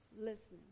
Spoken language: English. listen